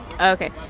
Okay